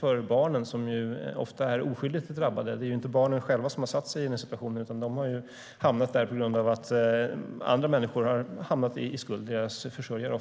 för barnen som ofta är oskyldigt drabbade. Det är inte barnen som själva har försatt sig i denna situation, utan de har hamnat där på grund av att andra människor har hamnat i skuld - oftast deras försörjare.